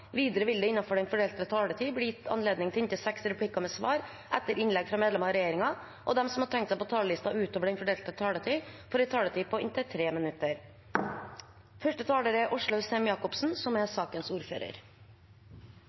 Videre vil det – innenfor den fordelte taletid – bli gitt anledning til inntil seks replikker med svar etter innlegg fra medlemmer av regjeringen, og de som måtte tegne seg på talerlisten utover den fordelte taletid, får også en taletid på inntil 3 minutter. Dette er et representantforslag som